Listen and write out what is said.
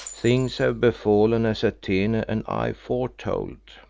things have befallen as atene and i foretold,